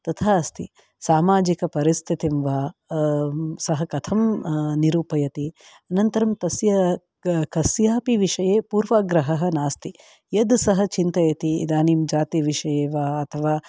तथा अस्ति सामाजिकपरिस्थितिं वा सः कथं निरूपयति अनन्तरं तस्य कस्यापि विषये पूर्वाग्रहः नास्ति यत् सः चिन्तयति इदानीं जातिविषये वा अथवा